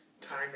time